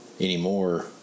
anymore